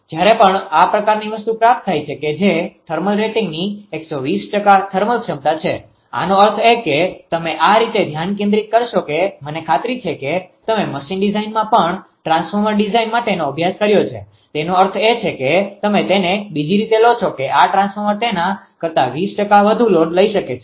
જ્યારે પણ આ પ્રકારની વસ્તુ પ્રાપ્ત થાય છે કે જે થર્મલ રેટિંગની 120 ટકા થર્મલ ક્ષમતા છે આનો અર્થ એ કે તમે આ રીતે ધ્યાન કેન્દ્રિત કરશો કે મને ખાતરી છે કે તમે મશીન ડિઝાઇનમાં પણ ટ્રાન્સફોર્મર ડિઝાઇન માટેનો અભ્યાસ કર્યો છે તેનો અર્થ એ છે કે તમે તેને બીજી રીતે લો છો કે આ ટ્રાન્સફોર્મર તેના કરતા 20 ટકા વધુ લોડ લઈ શકે છે